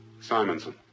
Simonson